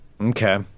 Okay